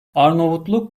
arnavutluk